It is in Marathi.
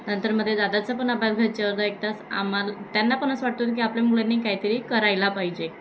नंतर मध्ये दादाचा पण अभ्यास घ्यायचे अर्धा एक तास आम्हाला त्यांना पण असं वाटतो की आपल्या मुलांनी काहीतरी करायला पाहिजे